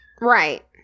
Right